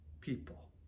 people